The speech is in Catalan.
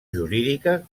jurídica